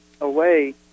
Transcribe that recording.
away